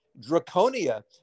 draconia